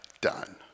done